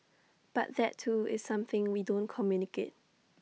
but that too is something we don't communicate